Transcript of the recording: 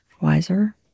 wiser